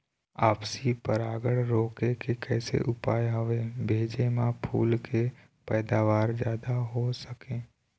आपसी परागण रोके के कैसे उपाय हवे भेजे मा फूल के पैदावार जादा हों सके?